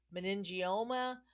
meningioma